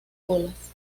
colas